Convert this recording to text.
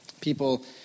People